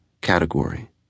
category